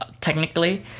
technically